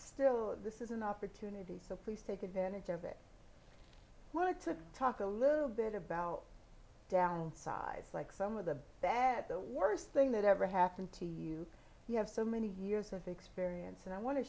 still this is an opportunity so please take advantage of it i want to talk a little bit about downsize like some of the bad the worst thing that ever happened to you you have so many years of experience and i want to